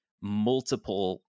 multiple